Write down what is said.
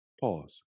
Pause